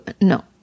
No